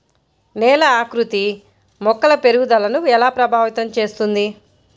నేల ఆకృతి మొక్కల పెరుగుదలను ఎలా ప్రభావితం చేస్తుంది?